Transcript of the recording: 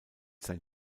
sein